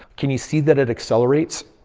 can you see that it accelerates?